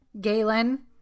Galen